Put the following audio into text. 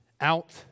out